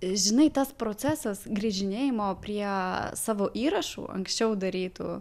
žinai tas procesas grįžinėjimo prie savo įrašų anksčiau darytų